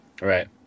right